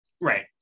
Right